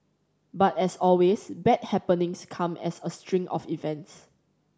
but as always bad happenings come as a string of events